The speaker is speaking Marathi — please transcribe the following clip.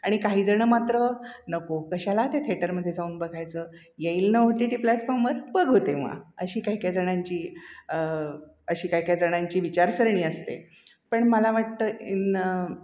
आणि काही जण मात्र नको कशाला ते थेटरमध्ये जाऊन बघायचं येईल ना ओ टी टी प्लॅटफॉर्मवर बघू तेव्हा अशी काही काही जणांची अशी काय काय जणांची विचारसरणी असते पण मला वाटतं इन